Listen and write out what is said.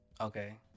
Okay